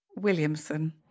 Williamson